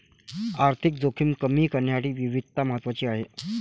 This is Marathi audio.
आर्थिक जोखीम कमी करण्यासाठी विविधता महत्वाची आहे